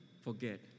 forget